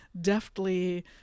deftly